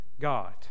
God